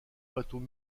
bateaux